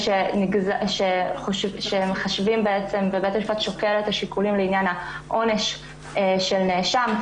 ברגע שבית המשפט שוקל את השיקולים לעניין העונש של נאשם,